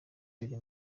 biri